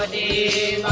a